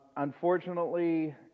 Unfortunately